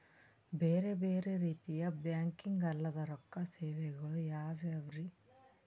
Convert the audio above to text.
ಬೇರೆ ಬೇರೆ ರೀತಿಯ ಬ್ಯಾಂಕಿಂಗ್ ಅಲ್ಲದ ರೊಕ್ಕ ಸೇವೆಗಳು ಯಾವ್ಯಾವ್ರಿ?